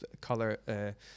color